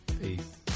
Peace